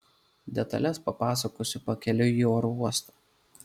detales papasakosiu pakeliui į oro uostą